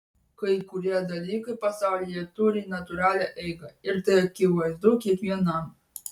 kai kurie dalykai pasaulyje turi natūralią eigą ir tai akivaizdu kiekvienam